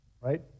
right